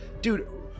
Dude